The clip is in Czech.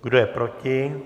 Kdo je proti?